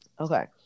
Okay